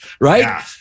right